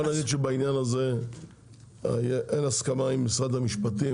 בוא נגיד שבעניין הזה אין הסכמה עם משרד המשפטים